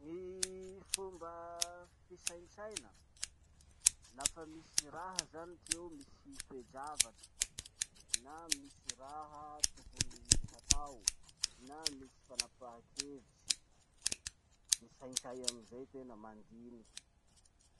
Gny fomba fisaintsaina. Lafa misy raha zany ty eo, misy toejavatsy na misy raha tokony hatao, na misy fanapaha-kevitsy. Misaintsay amizay tena, mandiniky